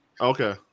Okay